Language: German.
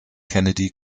kennedy